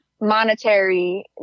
monetary